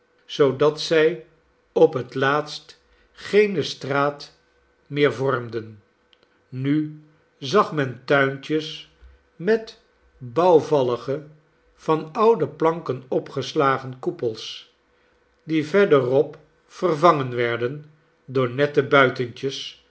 zoodat zij op het laatst geene straat meer vormden nu zag men tuintjes met bouwvallige van oude planken opgeslagen koepels die verderop vervangen werden door nette buitentjes